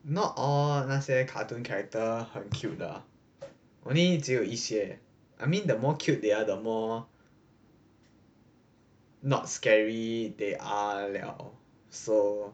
not all 那些 cartoon character 很 cute 的 only 只有一些 I mean the more cute they are the more not scary they are 了 so